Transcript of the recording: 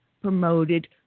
promoted